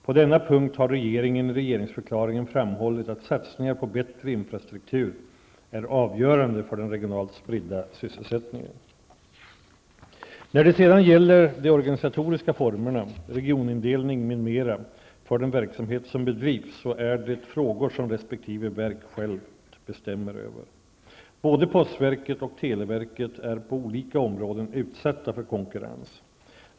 På denna punkt har regeringen i regeringsförklaringen framhållit att satsningar på bättre infrastruktur är avgörande för den regionalt spridda sysselsättningen. När det sedan gäller de organisatoriska formerna, regionindelning m.m. för den verksamhet som bedrivs så är det frågor som resp. verk självt bestämmer över. Både postverket och televerket är på olika områden utsatta för konkurrens.